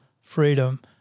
freedom